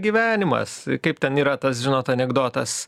gyvenimas kaip ten yra tas žinot anekdotas